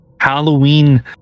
Halloween